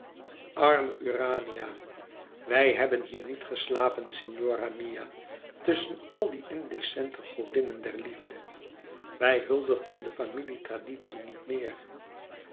arme urania wij hebben hier niet geslapen signora mia tusschen al die indecente godinnen der liefde wij huldigen de familie traditie niet meer